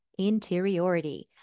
interiority